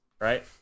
right